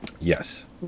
Yes